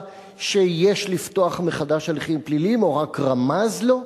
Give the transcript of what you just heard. שיש לפתוח מחדש הליכים פליליים או רק רמז לו?